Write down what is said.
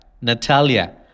Natalia